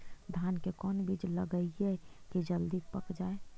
धान के कोन बिज लगईयै कि जल्दी पक जाए?